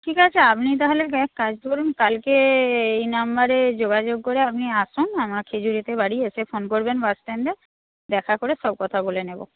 ঠিক আছে আপনি তাহলে এক কাজ করুন কালকে এই নাম্বারে যোগাযোগ করে আপনি আসুন আমার খেজুরিতে বাড়ি এসে ফোন করবেন বাস স্ট্যান্ডে দেখা করে সব কথা বলে নেব